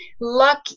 luck